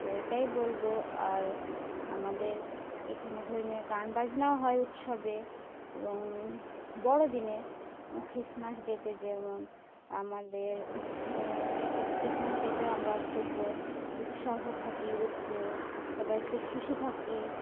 তো এটাই বলবো আর আমাদের এখানে ধর্মীয় গান বাজনাও হয় উৎসবে এবং বড়োদিনে খ্রিসমাস ডেতে যেমন আমাদের খ্রিসমাস ডেতেও আমরা খুব উৎসাহ থাকি উৎ সবাই খুব খুশি থাকি